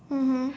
mmhmm